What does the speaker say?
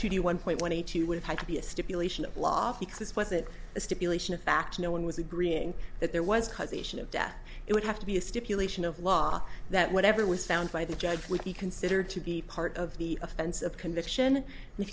to do one point one and two with had to be a stipulation of law because this wasn't a stipulation of fact no one was agreeing that there was cause ation of death it would have to be a stipulation of law that whatever was found by the judge would be considered to be part of the offense of conviction and if